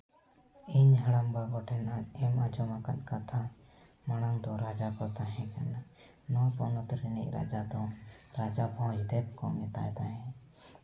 ᱤᱧ ᱦᱟᱲᱟᱢᱵᱟᱵᱟ ᱠᱚᱴᱷᱮᱱ ᱟᱸᱡᱚᱢ ᱟᱠᱟᱫ ᱠᱟᱛᱷᱟ ᱢᱟᱲᱟᱝ ᱫᱚ ᱨᱟᱡᱟ ᱠᱚ ᱛᱟᱦᱮᱸ ᱠᱟᱱᱟ ᱱᱚᱣᱟ ᱯᱚᱱᱚᱛ ᱨᱤᱱᱤᱡ ᱨᱟᱡᱟ ᱫᱚ ᱨᱟᱡᱟ ᱵᱷᱚᱸᱡᱽᱫᱮᱵ ᱠᱚ ᱢᱮᱛᱟᱭ ᱛᱟᱦᱮᱸᱫ